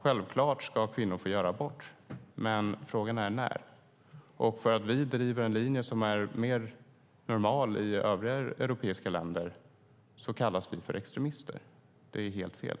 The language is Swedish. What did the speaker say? Självklart ska kvinnor få göra abort, men frågan är när. För att vi driver en linje som är mer normal i övriga europeiska länder kallas vi extremister. Det är helt fel.